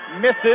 misses